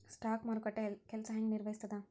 stock ಮಾರುಕಟ್ಟೆ ಕೆಲ್ಸ ಹೆಂಗ ನಿರ್ವಹಿಸ್ತದ